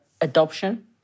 adoption